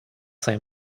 saint